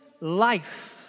life